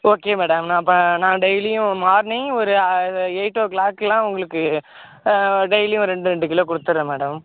okay madam நான் அப்போ நான் டெய்லியும் மார்னிங் ஒரு எயிட்டோ கிளாக்லாம் உங்களுக்கு டெய்லியும் ரெண்டு ரெண்டு கிலோ கொடுத்துறேன் மேடம்